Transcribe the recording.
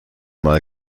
mal